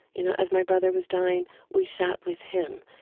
you know, as my brother was dying, we sat with him.